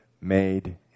made